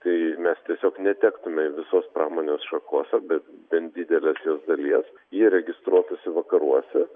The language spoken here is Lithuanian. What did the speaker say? tai mes tiesiog netektume visos pramonės šakos ar bet bent didelės jos dalies ji registruotųsi vakaruose